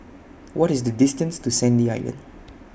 What IS The distance to Sandy Island